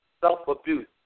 self-abuse